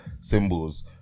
symbols